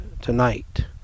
tonight